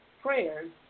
prayers